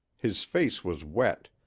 his face was wet,